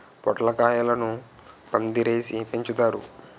పొట్లకాయలను పందిరేసి పెంచుతారు